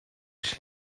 się